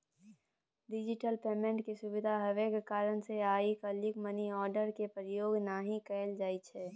digital payment केर सुविधा हेबाक कारणेँ आइ काल्हि मनीआर्डर केर प्रयोग नहि कयल जाइ छै